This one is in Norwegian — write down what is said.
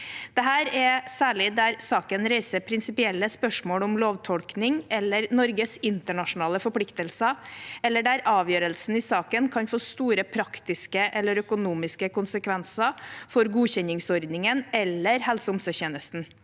Dette er særlig tilfelle der saken reiser prinsipielle spørsmål om lovtolkning eller Norges internasjonale forpliktelser, eller der avgjørelsen i saken kan få store praktiske eller økonomiske konsekvenser for godkjenningsordningen eller helse- og omsorgstjenesten.